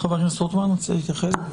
חבר הכנסת רוטמן, בבקשה.